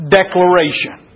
declaration